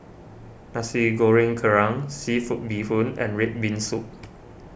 Nasi Goreng Kerang Seafood Bee Hoon and Red Bean Soup